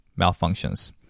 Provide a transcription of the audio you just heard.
malfunctions